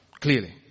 Clearly